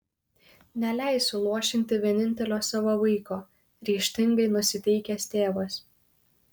neleisiu luošinti vienintelio savo vaiko ryžtingai nusiteikęs tėvas